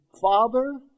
father